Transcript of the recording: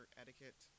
etiquette